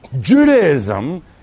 Judaism